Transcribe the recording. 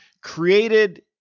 created